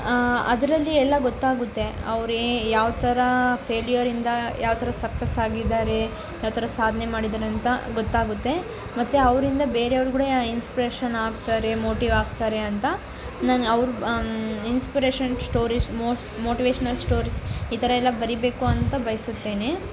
ಅದರಲ್ಲಿ ಎಲ್ಲ ಗೊತ್ತಾಗುತ್ತೆ ಅವರೇ ಯಾವ ಥರ ಫೇಲ್ಯೂರಿಂದ ಯಾವ ಥರ ಸಕ್ಸಸ್ ಆಗಿದ್ದಾರೆ ಯಾವ ಥರ ಸಾಧ್ನೆ ಮಾಡಿದ್ದಾರಂತ ಗೊತ್ತಾಗುತ್ತೆ ಮತ್ತೆ ಅವರಿಂದ ಬೇರೆಯವ್ರು ಕೂಡ ಇನ್ಸ್ಪಿರೇಷನ್ ಆಗ್ತಾರೆ ಮೋಟಿವ್ ಆಗ್ತಾರೆ ಅಂತ ನಾನು ಅವ್ರ inspiration stories most motivational stories ಈ ಥರ ಎಲ್ಲ ಬರಿಬೇಕು ಅಂತ ಬಯಸುತ್ತೇನೆ